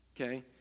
okay